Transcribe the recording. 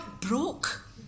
broke